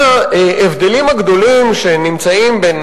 הנהיג חובת ניידות מספרים,